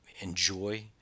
enjoy